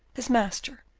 his master,